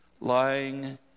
lying